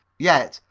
yet,